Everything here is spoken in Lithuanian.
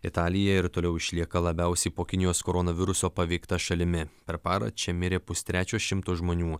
italija ir toliau išlieka labiausiai po kinijos koronaviruso paveikta šalimi per parą čia mirė pustrečio šimto žmonių